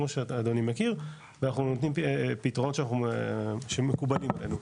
כמו שאדוני מכיר ואנחנו נותנים פתרונות שמקובלים עלינו,